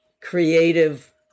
creative